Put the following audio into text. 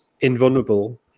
invulnerable